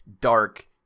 dark